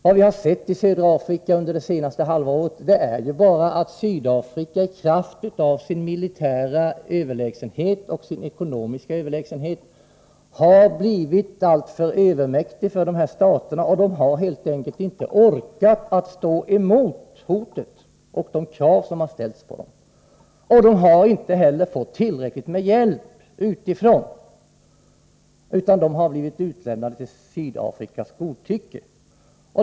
Vad vi har sett i södra Afrika under det senaste halvåret är bara att Sydafrika i kraft av sin militära och ekonomiska överlägsenhet har blivit alltför övermäktigt för dessa stater — och de har helt enkelt inte orkat stå emot hotet och de krav som har ställts på dem. De har inte heller fått tillräckligt med hjälp utifrån, utan de har blivit utlämnade till Sydafrikas godtycke.